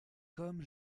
comme